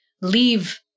leave